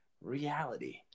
reality